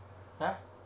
!huh!